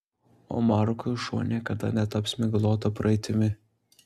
o markui šuo niekada netaps miglota praeitimi